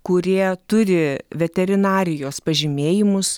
kurie turi veterinarijos pažymėjimus